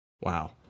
Wow